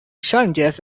challenges